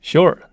Sure